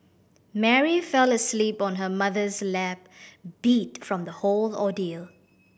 Mary fell asleep on her mother's lap beat from the whole ordeal